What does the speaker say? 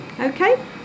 Okay